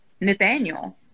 Nathaniel